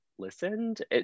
listened